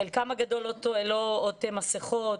חלקם הגדול לא עוטה מסכות.